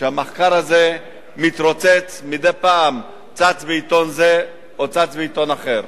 המחקר הזה מתרוצץ מדי פעם, צץ בעיתון זה או אחר.